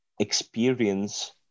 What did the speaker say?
experience